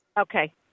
Okay